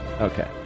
Okay